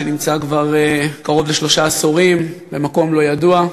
שנמצא כבר קרוב לשלושה עשורים במקום לא ידוע.